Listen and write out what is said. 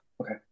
Okay